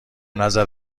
نظر